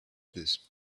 this